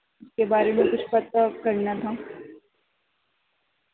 کے بارے میں کچھ پتا کرنا تھا